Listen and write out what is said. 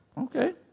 okay